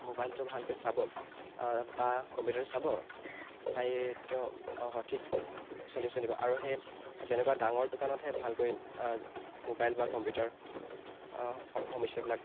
মোবাইলটো ভালকৈ চাব বা কম্পিউটাটোৰ চাব চাই তেওঁ সঠিক ছলিউশ্যন দিব আৰু সেই তেনেকুৱা ডাঙৰ দোকানতহে ভালকৈ মোবাইল বা কম্পিউটাৰ সমস্যাবিলাক